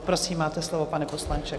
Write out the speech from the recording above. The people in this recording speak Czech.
Prosím, máte slovo, pane poslanče.